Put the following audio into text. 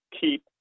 keep